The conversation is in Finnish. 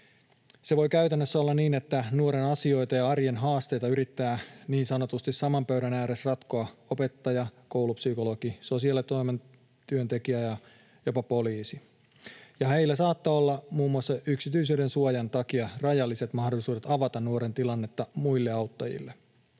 Voi käytännössä olla niin, että nuoren asioita ja arjen haasteita yrittävät niin sanotusti saman pöydän ääressä ratkoa opettaja, koulupsykologi, sosiaalitoimen työntekijä ja jopa poliisi, ja heillä saattaa olla muun muassa yksityisyydensuojan takia rajalliset mahdollisuudet avata nuoren tilannetta muille auttajille.